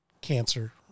cancer